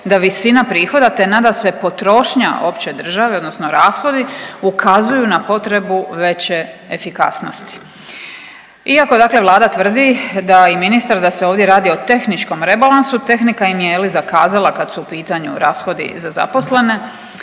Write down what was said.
da visina prihoda te nadasve potrošnja opće države, odnosno rashodi ukazuju na potrebu veće efikasnosti. Iako dakle, Vlada tvrdi da i ministar da se ovdje radi o tehničkom rebalansu tehnika im je, je li zakazala kad su u pitanju rashodi za zaposlene.